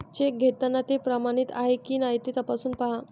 check घेताना ते प्रमाणित आहे की नाही ते तपासून पाहा